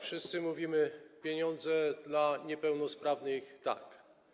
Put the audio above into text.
Wszyscy mówimy: pieniądze dla niepełnosprawnych - tak.